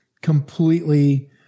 completely